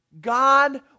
God